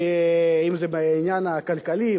אם בעניין הכלכלי,